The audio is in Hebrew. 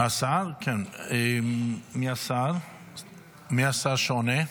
מי השר שעונה?